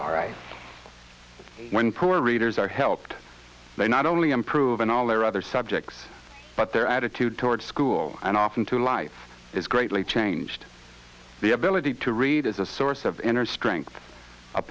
all right when poor readers are helped they not only improve in all their other subjects but their attitude toward school and often to life is greatly changed the ability to read is a source of inner strength